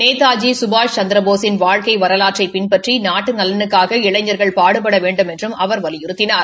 நேதாஜி சுபாஷ் சந்திரப்போலின் வாழ்க்கை வரவாற்றை பின்பற்றி நாட்டு நலனுக்காக இளைஞர்கள் பாடுபட வேண்டுமென்றும் அவர் வலியுறுத்தினார்